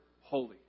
holy